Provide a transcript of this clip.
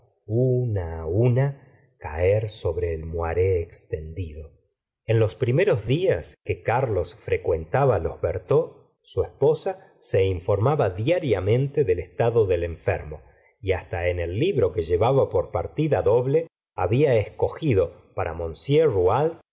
una una caer sobre el moaré extendido en los primeros días que carlos frecuentaba los berteaux su esposa se informaba diariamente del estado del enfermo y hasta en el libro que llevaba por partida doble había escogido para